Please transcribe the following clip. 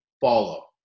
follow